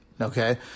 Okay